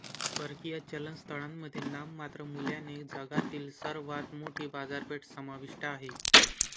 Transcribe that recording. परकीय चलन स्थळांमध्ये नाममात्र मूल्याने जगातील सर्वात मोठी बाजारपेठ समाविष्ट आहे